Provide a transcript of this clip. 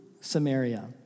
Samaria